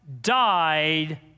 died